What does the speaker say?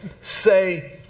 say